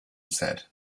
said